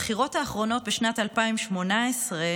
בבחירות האחרונות, בשנת 2018,